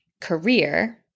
career